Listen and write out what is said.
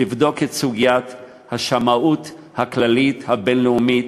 לבדוק את סוגיית השמאות הכללית הבין-לאומית